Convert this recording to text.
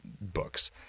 books